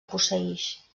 posseïx